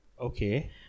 Okay